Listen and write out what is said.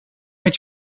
met